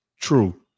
true